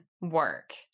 work